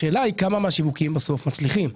השאלה היא כמה מהשיווקים בסוף מצליחים,